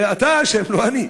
זה אתה אשם, לא אני.